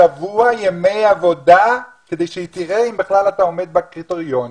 שבוע ימי עבודה כדי שהיא תראה אם בכלל אתה עומד בקריטריונים,